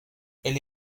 elle